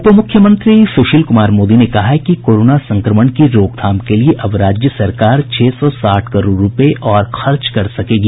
उपमुख्यमंत्री सुशील कुमार मोदी ने कहा कि कोरोना संक्रमण की रोकथाम के लिए अब राज्य सरकार छह सौ साठ करोड़ रूपये और खर्च कर सकेगी